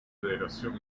federación